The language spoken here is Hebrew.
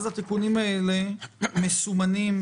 התיקונים האלה מסומנים